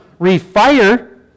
refire